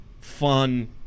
fun